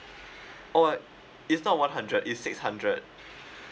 oh uh it's not one hundred is six hundred